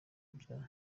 bya